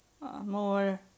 more